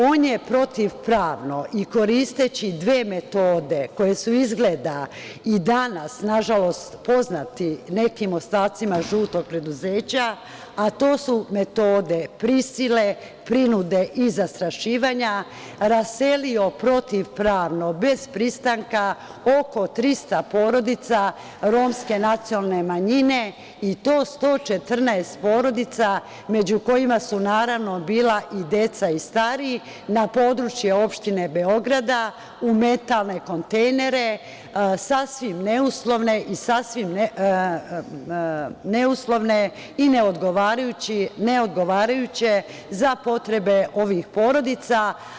On je protiv pravno koristeći dve metode koje su izgleda i danas nažalost poznati nekim ostacima žutog preduzeća, a to su metode prisile, prinude i zastrašivanja raselio protiv pravno bez pristanka oko 300 porodica romske nacionalne manjine i to 114 porodica, među kojima su naravno bila i deca i stari na područje opštine Beogradu u metalne kontejnere sasvim neuslovne i neodgovarajuće za potrebe ovih porodica.